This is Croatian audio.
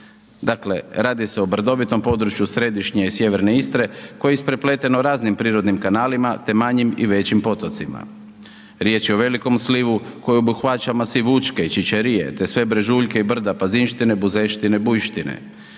Dakle, radi se o brdovitom području središnje i sjeverne Istre koje je isprepleteno raznim prirodnim kanalima te manjim i većim potocima, riječ je o velikom slivu koji obuhvaća masiv Učke i Ćićarije te sve brežuljke i brda Pazinštine, Buzeštine, Bujštine.